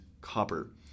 copper